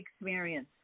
experience